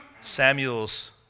Samuel's